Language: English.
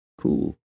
Cool